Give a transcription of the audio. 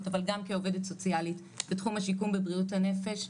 אבל גם כעובדת סוציאלית בתחום השיקום ובריאות הנפש,